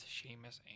Sheamus